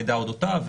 המידע אודותיו,